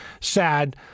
Sad